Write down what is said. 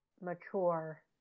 mature